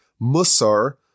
Musar